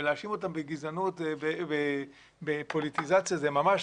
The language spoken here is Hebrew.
ולהאשים אותם בגזענות ובפוליטיזציה זה ממש